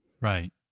Right